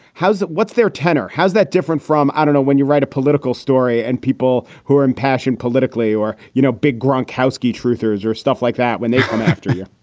how's it. what's their tenor? how's that different from. i don't know. when you write a political story and people who are impassioned politically or, you know, big gronkowski, true theories or stuff like that when they come after you,